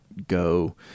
Go